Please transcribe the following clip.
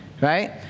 Right